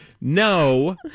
No